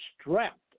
strapped